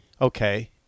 okay